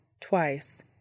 Twice